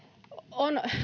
on